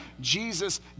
Jesus